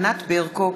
ענת ברקו,